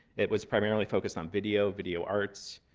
it was primarily focused on video, video arts,